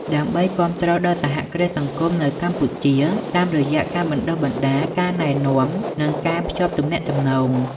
ដើម្បីគាំទ្រដល់សហគ្រាសសង្គមនៅកម្ពុជា តាមរយៈការបណ្តុះបណ្តាល ការណែនាំ និងការភ្ជាប់ទំនាក់ទំនង ។